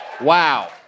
Wow